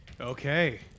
Okay